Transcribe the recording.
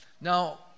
now